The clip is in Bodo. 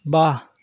बा